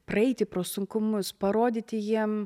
praeiti pro sunkumus parodyti jiem